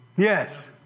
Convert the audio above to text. Yes